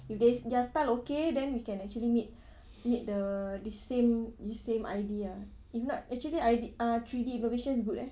if they their style okay then we can actually meet meet the this same this I_D ah if not actually I_D uh three D innovation is good leh